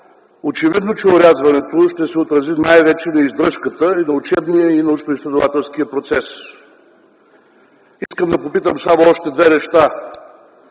очевидно е, че орязването ще се отрази най-вече на издръжката и на учебния и научоизследователския процес. Искам да попитам само още две неща: